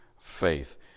faith